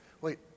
Wait